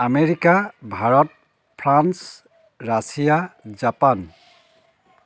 America Bharat France Russia Japan